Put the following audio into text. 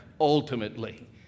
ultimately